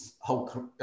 whole